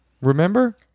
Remember